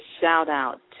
shout-out